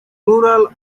plural